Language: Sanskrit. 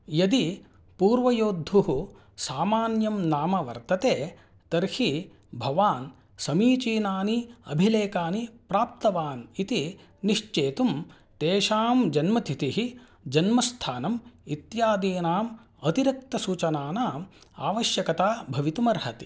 यदि पूर्वयोद्धुः सामान्यं नाम वर्तते तर्हि भवान् समीचीनानि अभिलेखानि प्राप्तवान् इति निश्चेतुं तेषां जन्मतिथिः जन्मस्थानम् इत्यादीनाम् अतिरिक्तसूचनानाम् आवश्यकता भवितुमर्हति